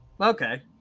Okay